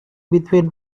between